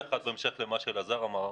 בהמשך למה שאלעזר שטרן אמר,